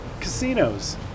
casinos